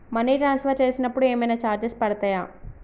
Money transfer చేసినప్పుడు ఏమైనా charges పడతయా?